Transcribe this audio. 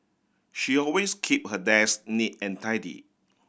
she always keep her desk neat and tidy